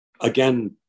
again